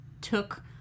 took